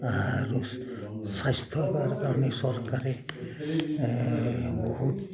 আৰু স্বাস্থ্যসেৱাৰ কাৰণে চৰকাৰে বহুত